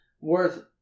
worth